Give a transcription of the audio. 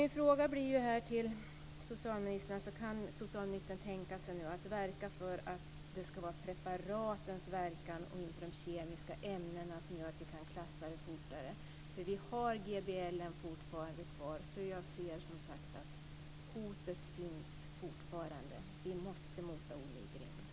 Min fråga till socialministern blir: Kan socialministern tänka sig att verka för att det ska vara preparatets verkan och inte de kemiska ämnena som gör att vi kan klassa det fortare? Vi har GBL kvar, och jag ser att hotet finns kvar. Vi måste mota Olle i grind.